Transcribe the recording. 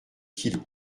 kilos